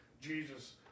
Jesus